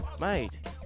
mate